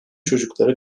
çocuklara